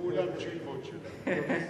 כולם צ'ילבות שלנו.